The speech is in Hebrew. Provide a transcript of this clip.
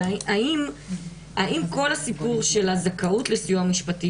האם כל הסיפור של זכאות לסיוע משפטי,